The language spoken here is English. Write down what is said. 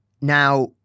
Now